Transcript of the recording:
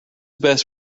best